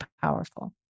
powerful